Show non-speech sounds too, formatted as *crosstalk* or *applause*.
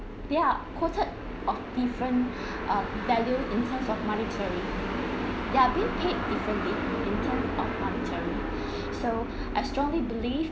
ya quoted of different *breath* um value in terms of monetary ya being paid easily in terms of monetary *breath* so *breath* I strongly believe